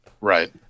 right